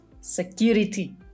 security